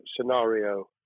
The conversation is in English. scenario